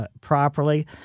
properly